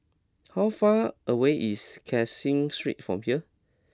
how far away is Caseen Street from here